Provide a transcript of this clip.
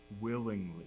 willingly